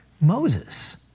Moses